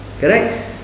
Correct